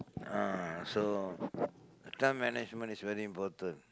ah so time management is very important